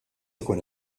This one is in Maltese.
ikun